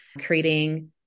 creating